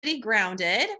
grounded